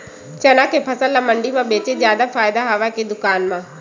चना के फसल ल मंडी म बेचे म जादा फ़ायदा हवय के दुकान म?